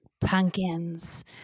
pumpkins